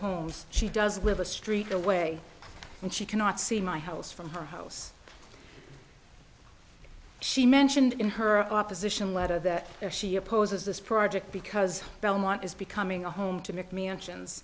homes she does live a street away and she cannot see my house from her house she mentioned in her opposition letter that she opposes this project because belmont is becoming a home to make mansions